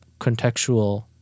contextual